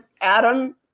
Adam